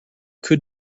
could